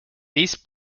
these